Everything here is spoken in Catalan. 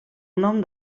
nom